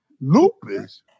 Lupus